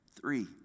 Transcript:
Three